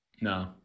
No